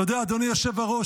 אתה יודע, אדוני היושב-ראש,